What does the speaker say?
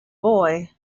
boy